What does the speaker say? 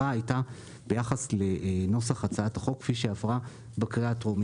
ביחס לנוסח הצעת החוק כפי שעברה בקריאה הטרומית.